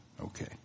Okay